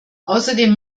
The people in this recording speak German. außerdem